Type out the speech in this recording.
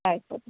ആയിക്കോട്ടെ